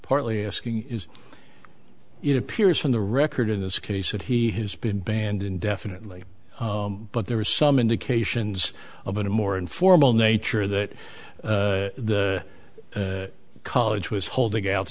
partly asking is it appears from the record in this case that he has been banned indefinitely but there are some indications of a more informal nature that the college was holding out